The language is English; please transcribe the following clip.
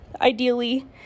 ideally